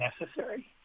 necessary